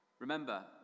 Remember